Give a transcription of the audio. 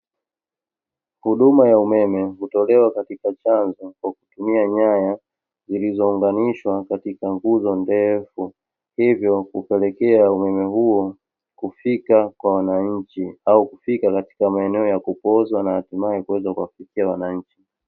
Huduma ya umeme, hutolewa katika chanzo kwa kutumia nyaya zilizounganishwa katika nguzo ndefu, hivyo kupelekea umeme huo kufika kwa wananchi au kufika katika maeneo ya kupooza na hatimaye kuweza kuwafikia wananchi.